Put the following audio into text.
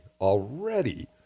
already